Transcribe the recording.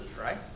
right